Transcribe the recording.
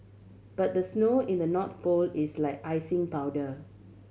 but the snow in the North Pole is like icing powder